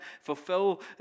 fulfill